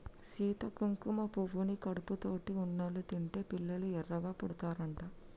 సీత కుంకుమ పువ్వుని కడుపుతోటి ఉన్నోళ్ళు తింటే పిల్లలు ఎర్రగా పుడతారట